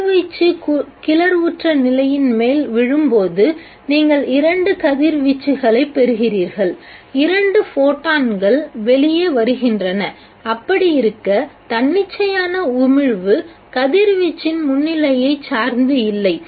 கதிர்வீச்சு கிளர்வுற்ற நிலையின்மேல் விழும்போது நீங்கள் இரண்டு கதிர்வீச்சுகளைப் பெறுகிறீர்கள் இரண்டு ஃபோட்டான்கள் வெளியே வருகின்றன அப்படியிருக்க தன்னிச்சையான உமிழ்வு கதிர்வீச்சின் முன்னிலையைச் சார்ந்து இல்லை